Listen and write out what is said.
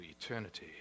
eternity